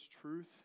truth